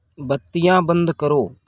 बत्तियाँ बंद करो